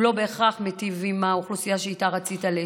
הוא לא בהכרח מיטיב עם האוכלוסייה שאיתה רצית להיטיב.